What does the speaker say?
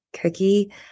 cookie